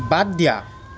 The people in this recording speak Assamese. বাদ দিয়া